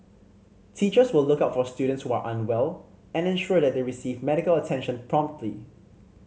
teachers will look out for students who are unwell and ensure that they receive medical attention promptly